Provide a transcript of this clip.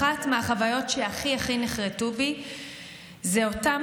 אחת מהחוויות שהכי הכי נחרתו בי היא אותם